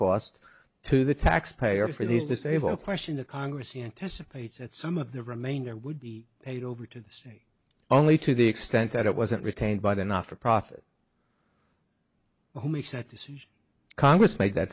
cost to the taxpayer for these disabled question the congress he anticipates that some of the remainder would be paid over to the state only to the extent that it wasn't retained by the not for profit who makes that decision congress made that